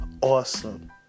awesome